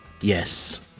Yes